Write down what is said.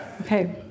Okay